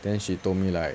then she told me like